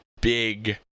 big